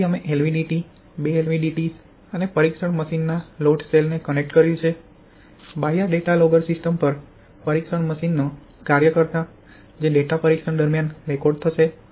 તેથી અમે LVDT બે LVDTs અને પરીક્ષણ મશીનનાં લોડ સેલને કનેક્ટ કર્યું છે બાહ્ય ડેટા લોગર સિસ્ટમ પર પરીક્ષણ મશીનનો કાર્યકર્તા જે ડેટા પરીક્ષણ દરમિયાન રેકોર્ડ થશે